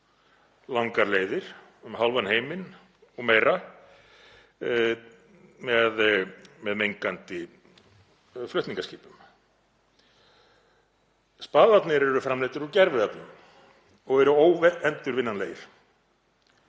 langar leiðir, um hálfan heiminn og meira, með mengandi flutningaskipum. Spaðarnir eru framleiddir úr gerviefnum og eru óendurvinnanlegir.